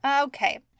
Okay